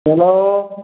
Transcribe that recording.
hello